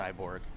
cyborg